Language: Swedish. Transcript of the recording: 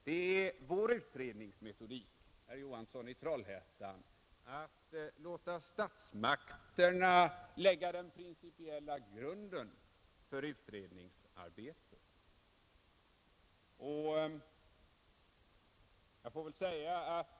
Det är vår utredningsmetodik, herr Johansson i Trollhättan, att låta statsmakterna lägga den principiella grunden för utredningsarbetet.